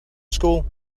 school